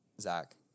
Zach